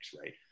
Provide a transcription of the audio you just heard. right